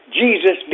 Jesus